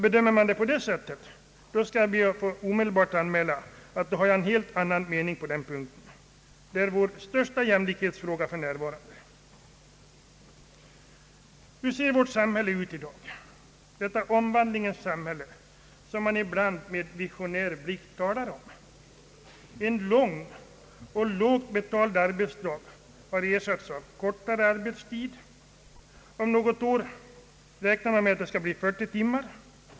Bedömer man det på det sättet, skall jag be att omedelbart få anmäla att jag har en helt annan mening på den punkten. Det är vår största jämlikhetsfråga för närvarande! Hur ser vårt samhälle ut i dag, detta omvandlingens samhälle som man ibland med visionär blick talar om? En lång och lågt betald arbetsdag har ersatts av kortare arbetstid. Om något år räknar man med att det skall bli 40 timmars arbetsvecka.